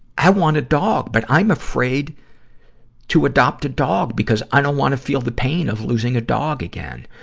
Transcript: i want a dog, but i'm afraid to adopt a dog because i don't wanna feel the pain of losing a dog again.